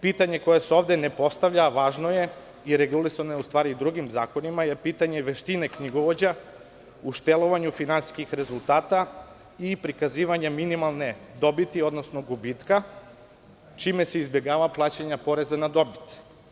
Pitanje koje se ovde ne postavlja, a važno je i regulisano je u stvari nekim drugim zakonima, je pitanje veštine knjigovođa u štelovanju finansijskih rezultata i prikazivanja minimalne dobiti, odnosno gubitka, čime se izbegava plaćanje poreza na dobit.